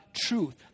truth